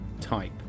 type